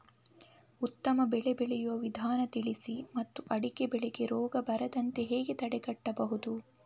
ಉತ್ತಮ ಬೆಳೆ ಬೆಳೆಯುವ ವಿಧಾನ ತಿಳಿಸಿ ಮತ್ತು ಅಡಿಕೆ ಬೆಳೆಗೆ ರೋಗ ಬರದಂತೆ ಹೇಗೆ ತಡೆಗಟ್ಟಬಹುದು?